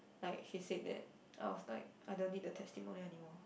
like she said that I was like I don't need the testimonial anymore